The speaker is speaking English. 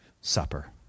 supper